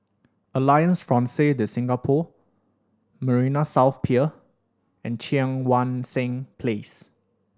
Alliance Francaise De Singapour Marina South Pier and Cheang Wan Seng Place